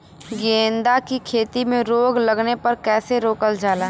गेंदा की खेती में रोग लगने पर कैसे रोकल जाला?